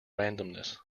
randomness